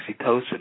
oxytocin